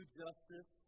justice